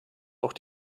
auch